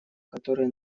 которые